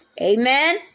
Amen